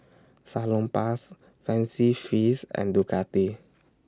Salonpas Fancy Feast and Ducati